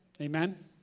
Amen